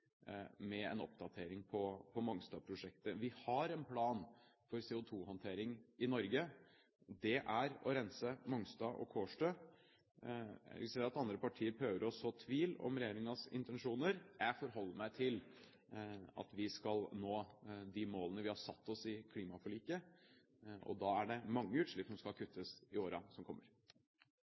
med en oppdatering på Mongstad-prosjektet. Vi har en plan for CO2-håndtering i Norge. Det er å rense Mongstad og Kårstø. Jeg registrerer at andre partier prøver å så tvil om regjeringens intensjoner. Jeg forholder meg til at vi skal nå de målene vi har satt oss i klimaforliket, og da er det mange utslipp som skal kuttes i årene som kommer.